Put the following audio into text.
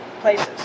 places